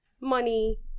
money